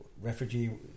refugee